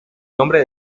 nombre